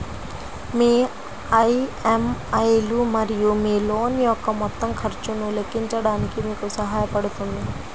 మీ EMI లు మరియు మీ లోన్ యొక్క మొత్తం ఖర్చును లెక్కించడానికి మీకు సహాయపడుతుంది